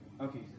Okay